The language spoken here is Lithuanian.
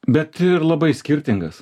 bet ir labai skirtingas